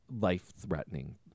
life-threatening